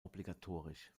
obligatorisch